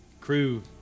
crew